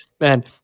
Man